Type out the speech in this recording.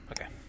okay